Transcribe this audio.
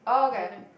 but like